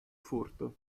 furto